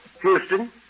Houston